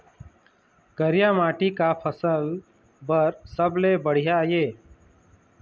करिया माटी का फसल बर सबले बढ़िया ये?